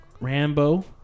Rambo